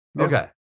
Okay